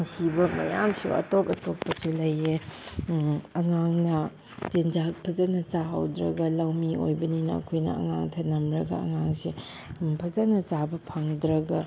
ꯑꯁꯤꯕ ꯃꯌꯥꯝꯁꯨ ꯑꯇꯣꯞ ꯑꯇꯣꯞꯄꯁꯨ ꯂꯩꯌꯦ ꯑꯉꯥꯡꯅ ꯆꯤꯟꯖꯥꯛ ꯐꯖꯅ ꯆꯥꯍꯧꯗ꯭ꯔꯒ ꯂꯧꯃꯤ ꯑꯣꯏꯕꯅꯤꯅ ꯑꯩꯈꯣꯏꯅ ꯑꯉꯥꯡ ꯊꯅꯝꯂꯒ ꯑꯉꯥꯡꯁꯦ ꯐꯖꯅ ꯆꯥꯕ ꯐꯪꯗ꯭ꯔꯒ